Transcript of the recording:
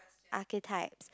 architects